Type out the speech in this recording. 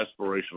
aspirational